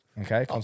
Okay